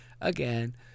again